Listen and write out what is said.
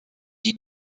die